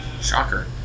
shocker